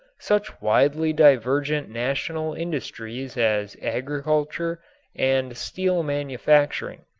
such widely divergent national industries as agriculture and steel manufacturing.